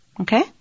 Okay